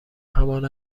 همان